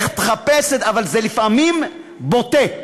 לפעמים זה בוטה,